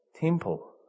temple